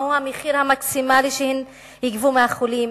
מהו המחיר המקסימלי שהן יגבו מהחולים,